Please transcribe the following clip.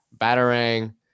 batarang